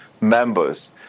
members